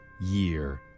year